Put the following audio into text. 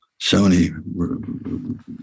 Sony